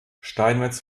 steinmetz